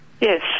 Yes